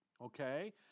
okay